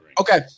Okay